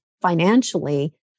financially